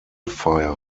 fire